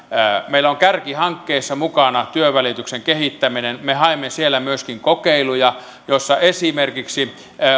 meillä on kärkihankkeissa mukana työnvälityksen kehittäminen me haemme siellä myöskin kokeiluja esimerkiksi